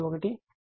80 అవుతుంది